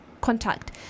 contact